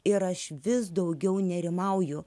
ir aš vis daugiau nerimauju